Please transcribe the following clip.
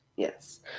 Yes